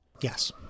Yes